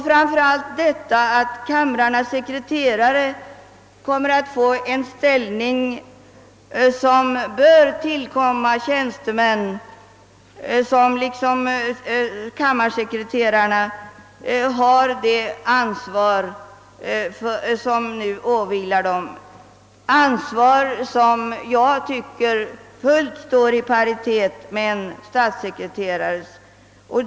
Framför allt är det angeläget att kamrarnas sekreterare får den ställning som bör tillkomma tjänstemän med det ansvar som kammarsekreterarna har, ett ansvar som jag tycker står i full paritet med statssekreterarnas.